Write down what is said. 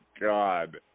God